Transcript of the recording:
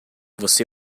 você